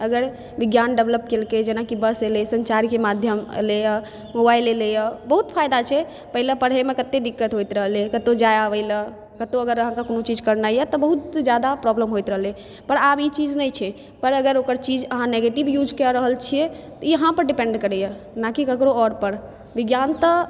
अगर विज्ञान डेवलॅप केलकै तऽ जेनाकि बस एलै सञ्चारके माध्यम एलै मोबाइल एलैया बहुत फायदा छै पहिले पढ़यमे कते दिक्कत होइत रहलै कतौ जाए आबय लए कतौ अहाँकेॅं कोनो चीज करनाइ यऽ तऽ बहुत जादा प्रॉब्लम होइत रहलै पर आब ई चीज नहि छै पर ओकर चीज अगर अहाँ निगेटिव युज कऽ रहल छियै तऽ ई अहाँ पर डिपेन्ड करैया नहि कि ककरो और पर विज्ञान तऽ